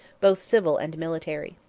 both civil and military.